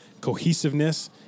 cohesiveness